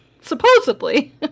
Supposedly